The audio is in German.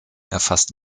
erfasst